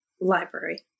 Library